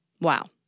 Wow